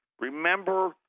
Remember